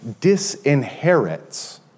disinherits